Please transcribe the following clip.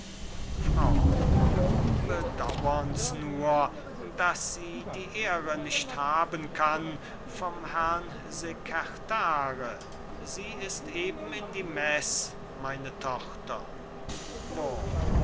frau bedauern's nur daß sie die ehre nicht haben kann vom herrn sekertare sie ist eben in der meß meine tochter wurm